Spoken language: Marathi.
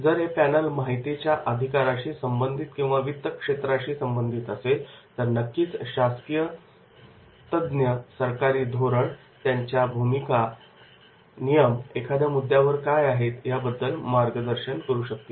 जर हे पॅनल माहितीच्या अधिकाराशी संबंधित किंवा वित्तक्षेत्राशी संबंधित असेल तर नक्कीच शासनातील तज्ञ सरकारी धोरण त्यांच्या भूमिका नियम एखाद्या मुद्द्यावर काय आहे याबद्दल मार्गदर्शन करू शकतात